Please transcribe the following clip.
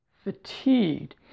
fatigued